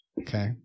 Okay